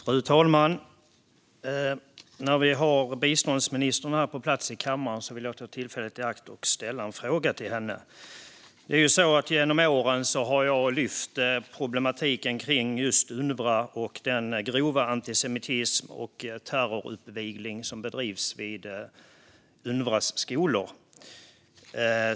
Fru talman! När vi har biståndsministern på plats i kammaren vill jag ta tillfället i akt och ställa en fråga till henne. Genom åren har jag lyft upp problematiken med just UNRWA och den grova antisemitism och terroruppvigling som bedrivs vid UNRWA:s skolor.